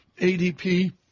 ADP